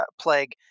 plague